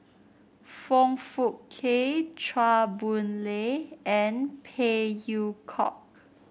Foong Fook Kay Chua Boon Lay and Phey Yew Kok